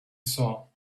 saw